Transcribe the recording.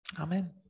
Amen